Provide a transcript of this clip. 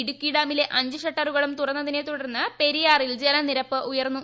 ഇടുക്കി ഡാമിലെ അഞ്ച് ഷട്ടറുകളും തുറന്നതിനെ തുടർന്ന് പെരിയാറിൽ ജലനിരപ്പ് ഉയർന്നു